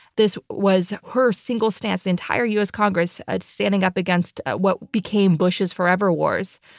this was her single stance, the entire u. s. congress ah standing up against what became bush's forever wars.